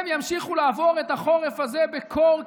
הם ימשיכו לעבור את החורף הזה בקור,